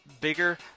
bigger